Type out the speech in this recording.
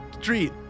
street